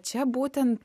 čia būtent